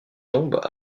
tombent